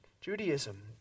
Judaism